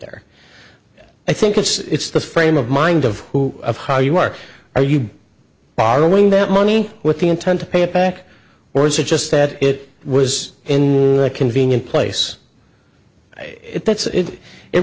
there i think it's the frame of mind of who of how you are are you borrowing that money with the intent to pay it back or is it just said it was in a convenient place it puts it